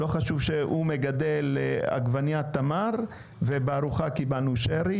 ולא משנה שהוא מגדל עגבנייה תמר ובארוחה קיבלנו שרי,